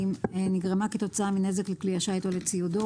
נגרמה כתוצאה מנזק לכלי השיט או לציודו,